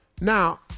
Now